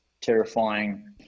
terrifying